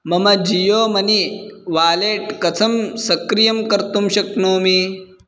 मम Jio money wallet कथं सक्रियं कर्तुं शक्नोमि